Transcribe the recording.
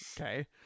Okay